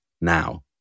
now